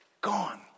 gone